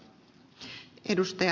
saarinen tarkoitti